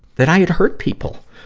that i had hurt people.